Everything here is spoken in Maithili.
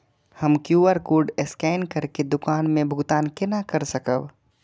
हम क्यू.आर कोड स्कैन करके दुकान में भुगतान केना कर सकब?